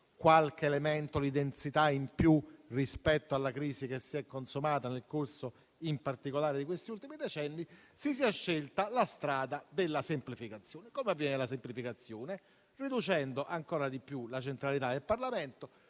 qualche elemento di densità in più rispetto alla crisi che si è consumata in particolare nel corso degli ultimi decenni, si è scelta la strada della semplificazione. Come avviene la semplificazione? Riducendo ancora di più la centralità del Parlamento;